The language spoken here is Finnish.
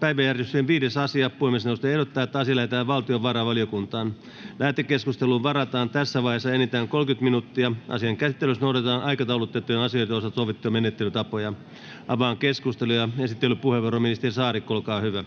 päiväjärjestyksen 8. asia. Puhemiesneuvosto ehdottaa, että asia lähetetään sosiaali- ja terveysvaliokuntaan. Lähetekeskusteluun varataan tässä vaiheessa enintään 30 minuuttia. Asian käsittelyssä noudatetaan aikataulutettujen asioiden osalta sovittuja menettelytapoja. — Esittelypuheenvuoro, ministeri Kiuru, olkaa hyvä.